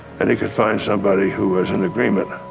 and he could find somebody who was in agreement